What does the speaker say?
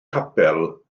capel